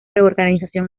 reorganización